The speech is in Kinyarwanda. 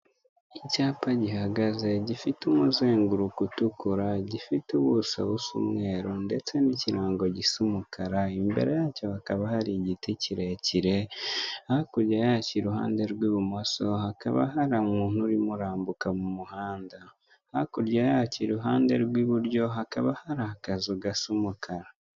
Ahantu rero nk'uko ubibona ni ahantu ushobora kuza guhahira harimo amakaro menshi cyane y'umukara ariko havanze n'ivuna n'andi, urahabona amavuta, ibindi bintu byo kwihumuza ku mubiri n'imyenda. Ni byiza cyane kurushaho kuzana nawe ukigurira.